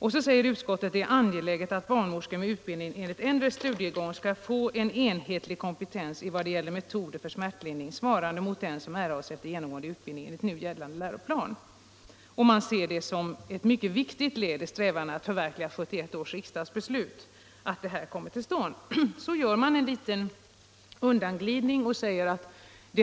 Utskottet säger vidare att det är angeläget att barnmorskor med utbildning enligt äldre studiegång skall få en enhetlig kompetens i vad gäller metoder för smärtlindring svarande mot den som erhålls efter genomgången utbildning enligt gällande läroplan. Man ser det som ett mycket viktigt led i strävandena att förverkliga 1971 års riksdagsbeslut att detta kommer till stånd. Sedan gör utskottet en liten undanglidning genom att säga att det